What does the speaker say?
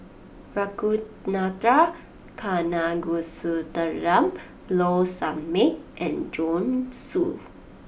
Ragunathar Kanagasuntheram Low Sanmay and Joanne Soo